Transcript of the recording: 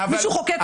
מישהו חוקק אותו.